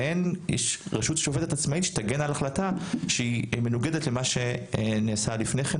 ואין רשות שופטת עצמאית שתגן על החלטה שהיא מנוגדת למה שנעשה לפני כן,